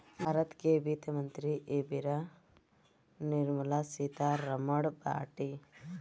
भारत के वित्त मंत्री एबेरा निर्मला सीता रमण बाटी